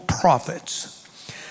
prophets